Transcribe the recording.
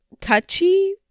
touchy